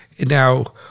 Now